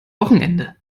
wochenende